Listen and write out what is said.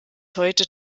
heute